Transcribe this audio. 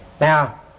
Now